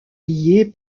liés